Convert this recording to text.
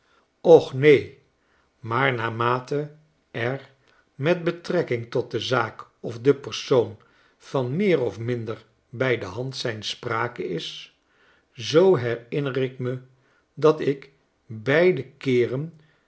och neen maar naarmate er met betrekking tot de zaak of den persoon van meer of minder bij de hand zijn sprake is zoo herinner ik me dat ik beide keeren